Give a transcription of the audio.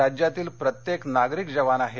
राज्यातील प्रत्येक नागरिक जवान आहे